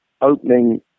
opening